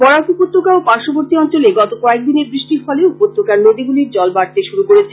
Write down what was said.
বরাক উপত্যকা ও পার্শ্ববর্তি অঞ্চলে গত কয়েকদিনের বৃষ্টির ফলে উপত্যকার নদীগুলির জল বাড়তে শুরু করেছে